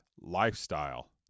lifestyle